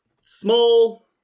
Small